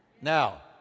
Now